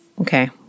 okay